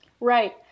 Right